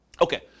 Okay